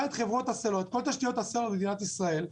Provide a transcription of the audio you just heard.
את כל תשתיות הסלולאר במדינת ישראל,